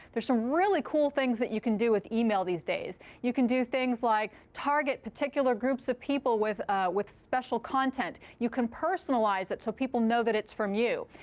there are some really cool things that you can do with email these days. you can do things like target particular groups of people with with special content. you can personalize it so people know that it's from you.